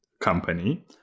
company